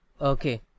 Okay